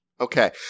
okay